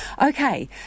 Okay